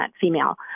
female